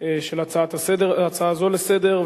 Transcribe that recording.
של הצעה זו לסדר.